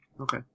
Okay